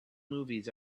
movies